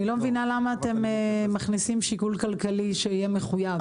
אני לא מבינה למה אתם מכניסים שיקול כלכלי שיהיה מחויב.